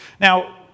Now